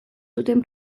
zuten